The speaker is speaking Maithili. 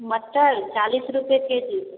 मरचाइ चालिस रुपै के जी